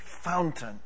fountain